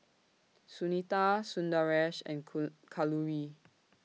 Sunita Sundaresh and Cool Kalluri